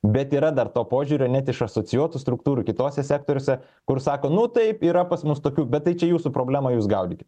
bet yra dar to požiūrio net iš asocijuotų struktūrų kituose sektoriuose kur sako nu taip yra pas mus tokių bet tai čia jūsų problema jūs gaudykit